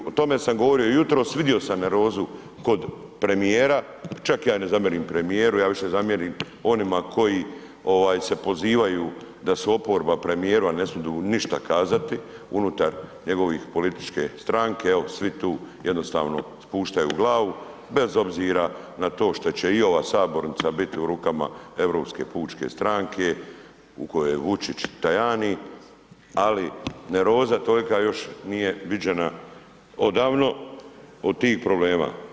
O tome sam govorio jutros, vidio sam nervozu kod premijera, čak ja ne zamjeram premijeru, ja više zamjeram onima koji se pozivaju da su oporba premijeru a ne smidu ništa kazati unutar njegove političke stranke, evo svi tu jednostavno spuštaju glavu bez obzira na to što će i ova sabornica biti u rukama Europske pučke strane u kojoj je Vučić i Tajani, ali nervoza tolika još nije viđena odavno od tih problema.